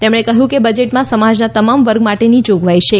તેમણે કહ્યું કે બજેટમાં સમાજના તમામ વર્ગ માટેની જોગવાઈ છે